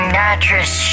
nitrous